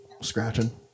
scratching